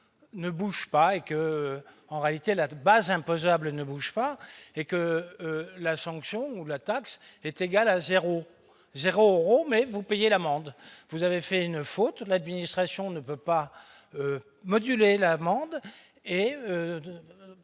ne bouge pas et que, en réalité, la base imposable ne bouge pas et que la sanction ou la taxe est égal à 0 0 euros mais vous payez l'amende, vous avez fait une faute, l'administration ne peut pas moduler la demande et